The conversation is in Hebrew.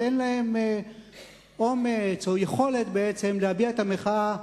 אבל אין להם אומץ או יכולת להביע את המחאה.